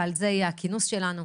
על זה יהיה הכינוס שלנו,